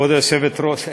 הוא מוריד אותי בגללך.